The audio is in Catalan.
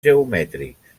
geomètrics